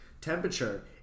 temperature